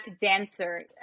dancer